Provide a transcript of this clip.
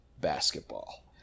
basketball